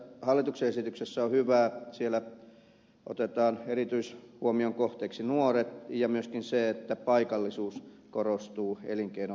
se mikä tässä hallituksen esityksessä on hyvää on se että siinä otetaan erityishuomion kohteeksi nuoret ja myöskin paikallisuus korostuu elinkeinon harjoittamisessa